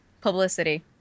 publicity